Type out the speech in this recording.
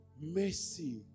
Mercy